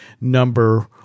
number